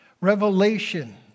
Revelation